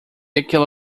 aquela